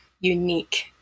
unique